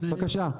בבקשה.